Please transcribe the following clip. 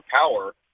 power